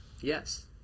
Yes